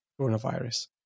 coronavirus